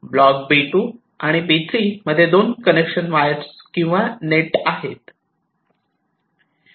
block B2 आणि B3 मध्ये 2 connection wires किंवा नेट आहे